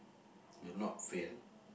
will not fail